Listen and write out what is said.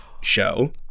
show